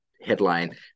headline